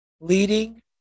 leading